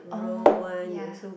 oh yeah